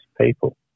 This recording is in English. people